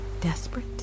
desperate